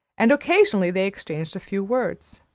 and occasionally they exchanged a few words.